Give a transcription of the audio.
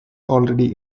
already